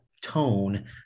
tone